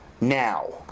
now